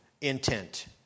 intent